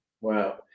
Wow